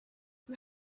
you